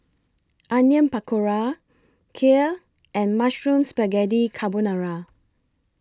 Onion Pakora Kheer and Mushroom Spaghetti Carbonara